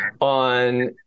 on